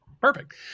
Perfect